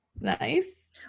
Nice